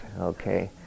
Okay